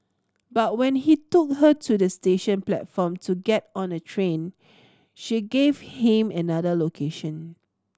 but when he took her to the station platform to get on a train she gave him another location